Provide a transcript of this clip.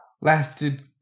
lasted